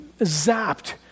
zapped